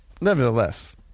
nevertheless